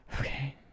Okay